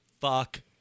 Fuck